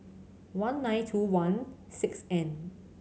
one nine two one six N